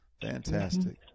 Fantastic